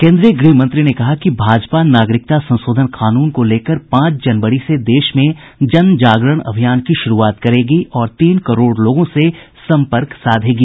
श्री शाह ने कहा कि भाजपा नागकरिकता संशोधन कानून को लेकर पांच जनवरी से देश में जन जागरण अभियान की शुरुआत करेगी और तीन करोड़ लोगों से संपर्क साधेगी